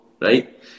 right